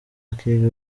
akiga